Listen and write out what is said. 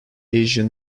asian